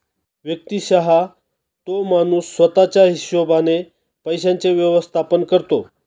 व्यक्तिशः तो माणूस स्वतः च्या हिशोबाने पैशांचे व्यवस्थापन करतो